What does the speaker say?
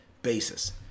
basis